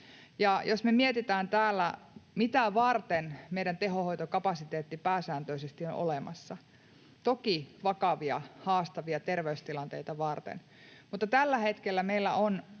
jos me mietitään täällä, mitä varten meidän tehohoitokapasiteetti pääsääntöisesti on olemassa, niin toki vakavia haastavia terveystilanteita varten, mutta tällä hetkellä meillä on